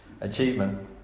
achievement